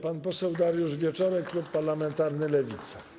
Pan poseł Dariusz Wieczorek, klub parlamentarny Lewica.